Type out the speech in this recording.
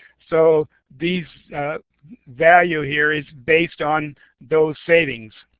so this value here is based on those savings.